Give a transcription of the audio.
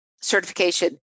certification